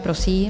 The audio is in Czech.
Prosím.